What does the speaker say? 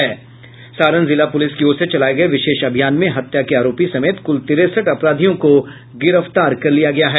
सारण जिला पुलिस की ओर से चलाये गये विशेष अभियान में हत्या के आरोपी समेत कुल तिरेसठ अपराधियों को गिरफ्तार कर लिया गया है